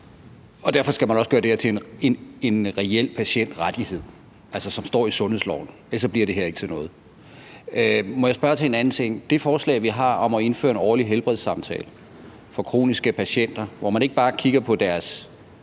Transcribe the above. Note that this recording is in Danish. Derfor skal man også gøre det her til en reel patientrettighed, som står i sundhedsloven. Ellers bliver det her ikke til noget. Jeg vil spørge til en anden ting. Det forslag, vi har, om at indføre en årlig helbredssamtale for kroniske patienter, hvor man ikke bare kigger på deres